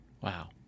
Wow